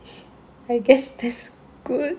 I guess that's good